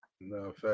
No